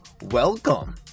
welcome